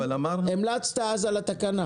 המלצת אז על התקנה.